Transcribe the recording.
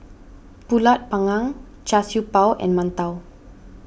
Pulut Panggang Char Siew Bao and Mantou